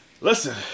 Listen